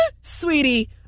sweetie